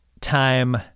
time